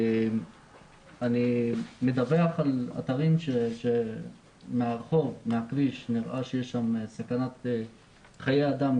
אני מדווח על אתרים שמהרחוב נראה שיש שם סכנה לחיי אדם,